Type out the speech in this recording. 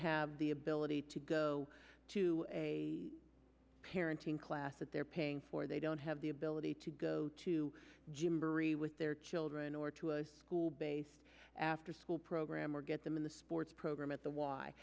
have the ability to go to a parenting class that they're paying for they don't have the ability to go to gym bery with their children or to a school based afterschool program or get them in the sports program at the y